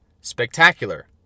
spectacular